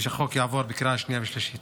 ושהחוק יעבור בקריאה שנייה ושלישית.